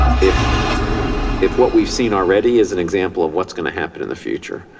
if if what we've seen already is an example of what's gonna happen in the future,